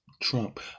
Trump